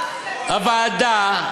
הוועדה,